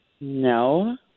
No